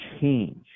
change